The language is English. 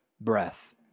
breath